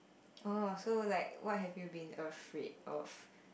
oh so like what have you been afraid of